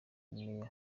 meya